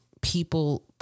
people